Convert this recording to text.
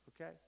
okay